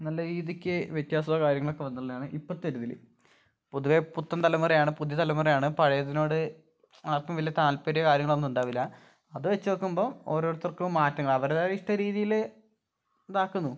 നല്ല രീതിക്ക് വ്യത്യാസവും കാര്യങ്ങളൊക്കെ വന്നിട്ടുള്ളതാണ് ഇപ്പോഴത്തെ ഒരു ഇതിൽ പൊതുവേ പുത്തൻതലമുറയാണ് പുതിയ തലമുറയാണ് പഴയതിനോട് ആർക്കും വലിയ താല്പര്യമോ കാര്യങ്ങളോ ഒന്നും ഉണ്ടാവില്ല അത് വെച്ച് നോക്കുമ്പം ഓരോരുത്തർക്കും മാറ്റങ്ങൾ അവരുടെതായ ഇഷ്ടരീതിയിൽ ഇതാക്കുന്നു